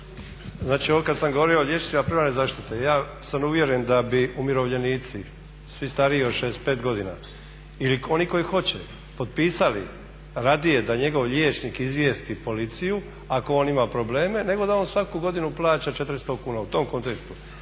Znači ovdje kada sam govorio o liječnicima primarne zaštite, ja sam uvjeren da bi umirovljenici svi stariji od 65 godina ili oni koji hoće potpisali radije da njegov liječnik izvijesti policiju ako on ima probleme nego da on svaku godinu plaća 400kuna u tom kontekstu,